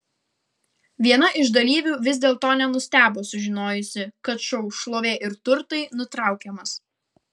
viena iš dalyvių vis dėlto nenustebo sužinojusi kad šou šlovė ir turtai nutraukiamas